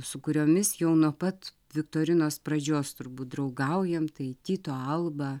su kuriomis jau nuo pat viktorinos pradžios turbūt draugaujam tai tyto alba